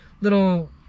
little